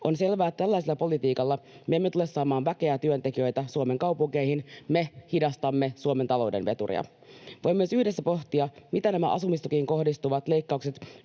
On selvää, että tällaisella politiikalla me emme tule saamaan väkeä ja työntekijöitä Suomen kaupunkeihin. Me hidastamme Suomen talouden veturia. Voi myös yhdessä pohtia, mitä nämä asumistukeen kohdistuvat leikkaukset